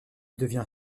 devient